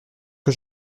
que